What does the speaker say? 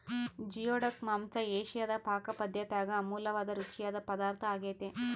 geoduck ಮಾಂಸ ಏಷಿಯಾದ ಪಾಕಪದ್ದತ್ಯಾಗ ಅಮೂಲ್ಯವಾದ ರುಚಿಯಾದ ಪದಾರ್ಥ ಆಗ್ಯೆತೆ